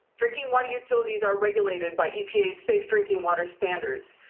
drinking water utilities are regulated by epa safe drinking water standards.